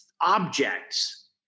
objects